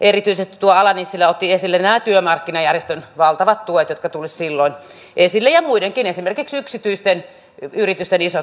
erityisesti edustaja ala nissilä otti esille nämä työmarkkinajärjestöjen valtavat tuet jotka tulisivat silloin esille ja muidenkin esimerkiksi yksityisten yritysten isot panostukset